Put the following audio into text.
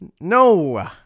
No